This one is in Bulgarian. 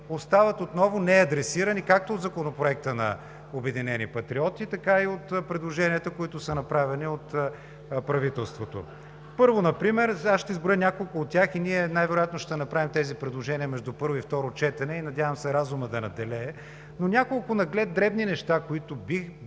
остават отново неадресирани както в Законопроекта на „Обединени патриоти“, така и от предложенията, които са направени от правителството. Първо, аз ще изброя няколко от тях и ние най-вероятно ще направим тези предложения между първо и второ четене и, надявам се, разумът да надделее, но няколко наглед дребни неща, които биха